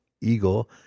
Eagle